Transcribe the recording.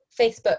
Facebook